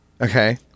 Okay